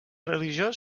religiós